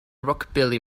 rockabilly